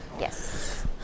Yes